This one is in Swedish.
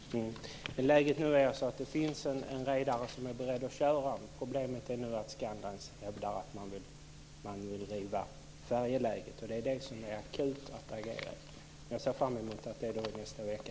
Fru talman! Läget nu är alltså att det finns en redare som är beredd att köra. Problemet är att Scandlines hävdar att man vill riva färjeläget. Det är i den frågan som det är akut att agera. Jag ser fram emot att det händer i nästa vecka.